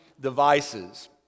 devices